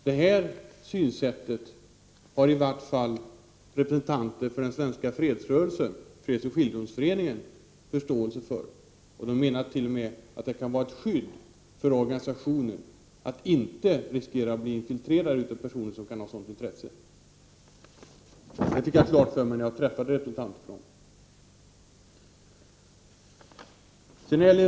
Det här synsättet har i varje fall representanter för den svenska fredsrörelsen, Fredsoch skiljedomsföreningen, förståelse för. De menar t.o.m. att det kan vara till skydd för organisationen att inte riskera att bli infiltrerad av personer som kan ha sådant intresse. Det fick jag klart för mig när jag träffade en representant för dem.